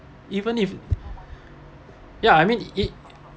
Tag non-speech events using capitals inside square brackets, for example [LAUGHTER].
even if [BREATH] ya I mean it